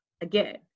again